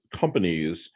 companies